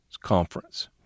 Conference